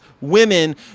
women